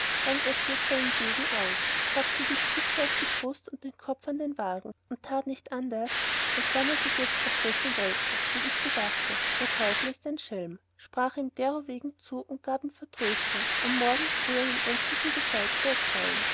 dann er zog seinen degen aus satzte die spitze an die brust und den knopf an wagen und tät nicht anderst als wann er sich jetzt erstechen wollte ich gedachte der teufel ist ein schelm sprach ihm derowegen zu und gab ihm vertröstung am morgen früh einen endlichen bescheid zu erteilen